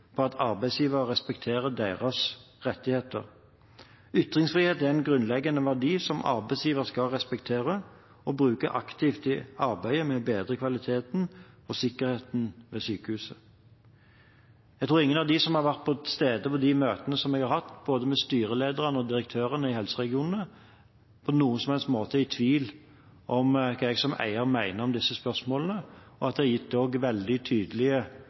på at arbeidsgiver respekterer deres rettigheter. Ytringsfrihet er en grunnleggende verdi som arbeidsgiver skal respektere og bruke aktivt i arbeidet med å bedre kvaliteten og sikkerheten ved sykehuset. Jeg tror ingen av dem som har vært til stede på de møtene jeg har hatt, både med styrelederne og direktørene i helseregionene, på noen som helst måte er i tvil om hva jeg som eier mener om disse spørsmålene, og det er også gitt veldig tydelige